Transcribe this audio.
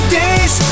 days